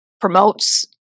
promotes